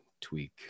tweak